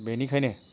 बेनिखायनो